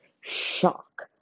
shock